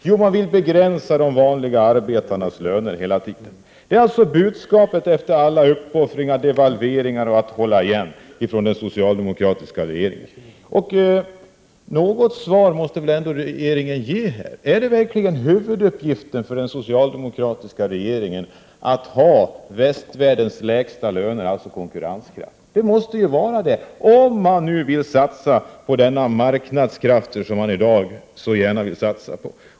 Jo, man vill begränsa de vanliga arbetarnas löner hela tiden. Det är alltså budskapet från den socialdemokratiska regeringen efter alla uppoffringar, devalveringar och ansträngningar för att hålla igen. Något svar måste väl ändå regeringen ge. Är det verkligen huvuduppgiften för den socialdemokratiska regeringen att ha västvärldens lägsta löner, dvs. konkurrenskraft? Det måste det ju vara, om man nu vill satsa på dessa marknadskrafter som man så gärna vill satsa på.